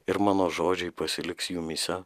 ir mano žodžiai pasiliks jumyse